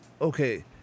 okay